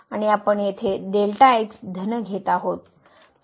आणि आपण येथे धन घेत आहोत